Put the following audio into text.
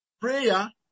prayer